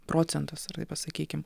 procentas pasakykim